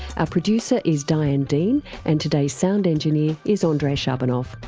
our producer is diane dean and today's sound engineer is andrei shabunov.